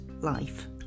life